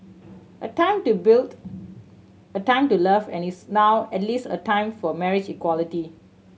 a time to build a time to love and is now at last a time for marriage equality